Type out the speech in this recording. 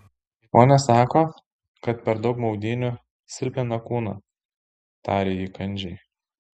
žmonės sako kad per daug maudynių silpnina kūną tarė ji kandžiai